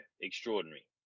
Extraordinary